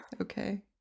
Okay